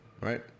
right